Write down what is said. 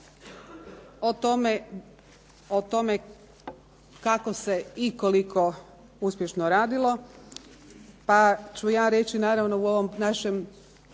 o tome kako se i koliko uspješno radilo, pa ću ja reći naravno u ovom našem